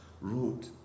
wrote